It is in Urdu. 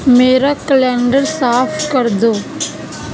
میرا کلینڈر صاف کر دو